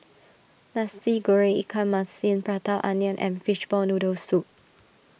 Nasi Goreng Ikan Masin Prata Onion and Fishball Noodle Soup